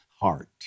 heart